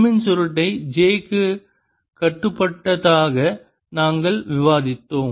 M இன் சுருட்டை j க்கு கட்டுப்பட்டதாக நாங்கள் விவாதித்தோம்